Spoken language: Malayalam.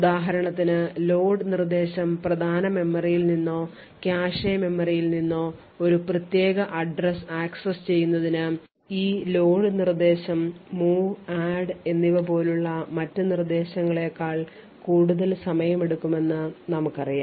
ഉദാഹരണത്തിന് load നിർദ്ദേശം പ്രധാന മെമ്മറിയിൽ നിന്നോ കാഷെ മെമ്മറിയിൽ നിന്നോ ഒരു പ്രത്യേക address access ചെയ്യുന്നതിന് ഈ load നിർദ്ദേശം move add എന്നിവ പോലുള്ള മറ്റ് നിർദ്ദേശങ്ങളേക്കാൾ കൂടുതൽ സമയമെടുക്കും എന്ന് നമുക്ക് അറിയാം